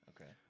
Okay